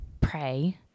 pray